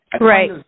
Right